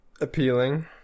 appealing